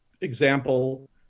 example